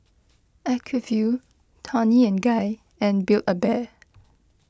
Acuvue Toni and Guy and Build A Bear